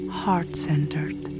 heart-centered